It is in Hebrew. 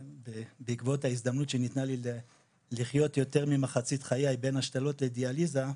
בעקבות ההזדמנות שניתנה לי לחיות יותר ממחצית חיי בין השתלות לדיאליזה,